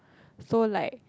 so like